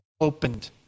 opened